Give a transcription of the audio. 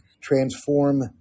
transform